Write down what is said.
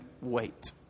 wait